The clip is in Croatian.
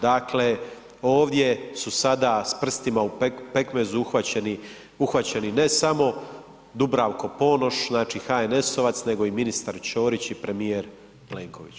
Dakle, ovdje su sada s prstima u pekmezu uhvaćeni ne samo Dubravno Ponoš znači HNS-ovac, nego i ministar Ćorić i premijer Plenković.